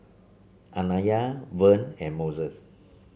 Anaya Vern and Mose